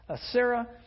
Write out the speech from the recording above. Sarah